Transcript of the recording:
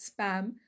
spam